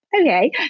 okay